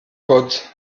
gott